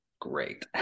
Great